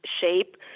shape